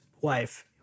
wife